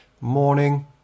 morning